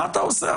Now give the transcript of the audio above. מה אתה עושה?